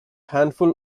handful